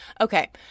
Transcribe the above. okay